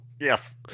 Yes